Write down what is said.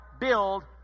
build